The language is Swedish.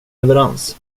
leverans